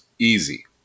easy